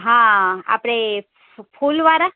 હા આપણે ફૂલવાળા